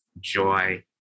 joy